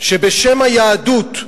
שבשם היהדות,